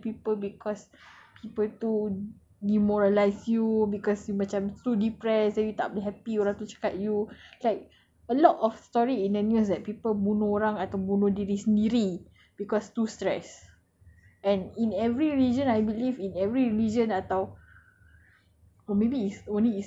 maybe steal or maybe you kill people because people too demoralise you because you macam too depressed and you tak boleh happy orang tu cakap you it's like a lot story in the news that people bunuh orang atau bunuh diri sendiri because too stress and in every vision I believe in every vision atau